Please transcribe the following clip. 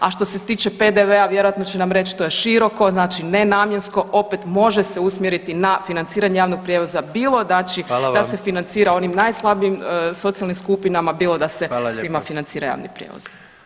A što se tiče PDV-a vjerojatno će nam reći to je široko, znači nenamjensko opet može se usmjeriti na financiranje javnog prijevoza bilo znači da [[Upadica: Hvala vam.]] se financira onim najslabijim socijalnim skupinama, bilo da se svima [[Upadica: Hvala lijepo.]] financira javni prijevoz.